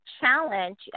challenge